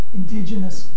indigenous